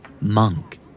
Monk